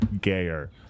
gayer